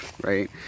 right